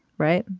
right.